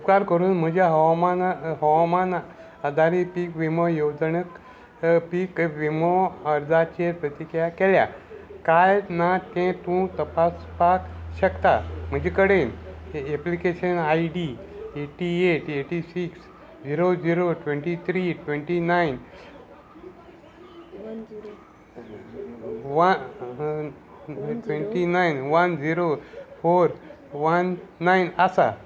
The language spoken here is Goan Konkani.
उपकार करून म्हज्या हवामाना हवामान आदारी पीक विमो येवजणक पीक विमो अर्जाचेर प्रतिक्रिया केल्या कांय ना तें तूं तपासपाक शकता म्हजे कडेन application I D eighty eight eighty six zero zero twenty three twenty nine twenty nine one zero four one nine आसा